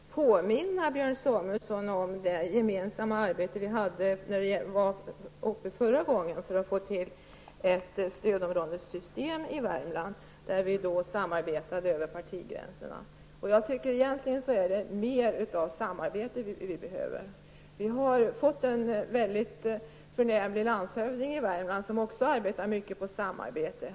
Herr talman! Jag vill också påminna Björn Samuelson om vårt gemensamma arbete vi hade tidigare när frågan var uppe om att få fram ett stödområdessystem för Värmland. Vi samarbetade då över partigränserna. Vi behöver mer av samarbete. Vi har fått en förnämlig landshövding i Värmland som också är för samarbete.